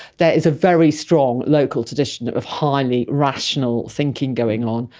there is a very strong local tradition of highly rational thinking going on,